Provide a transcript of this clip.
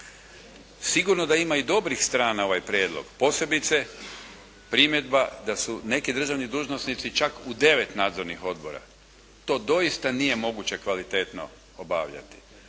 Sigurno da ima i dobrih strana ovaj prijedlog, posebice primjedba da su neki državni dužnosnici čak u 9 nadzornih odbora. To doista nije moguće kvalitetno obavljati.